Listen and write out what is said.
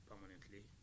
permanently